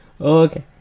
okay